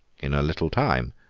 in a little time,